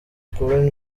kuba